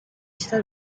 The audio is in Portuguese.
está